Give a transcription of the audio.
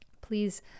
please